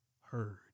heard